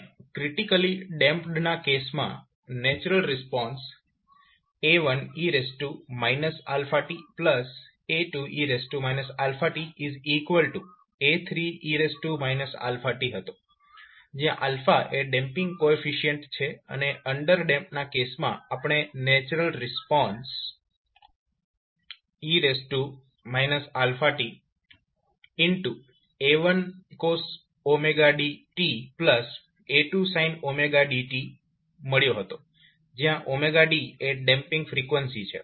અને critically damped ના કેસમાં natural response A1e tA2e tA3e t હતો જયાં એ ડેમ્પીંગ કોએફિશિયન્ટ છે અને અન્ડરડેમ્પ્ડ ના કેસમાં આપણને નેચરલ રિસ્પોન્સe t A1 cos dt A2 sin dt મળ્યો હતો જ્યાં d એ ડેમ્પીંગ ફ્રીક્વન્સી છે